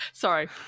sorry